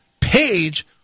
Page